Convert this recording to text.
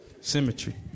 Symmetry